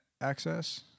access